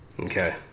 Okay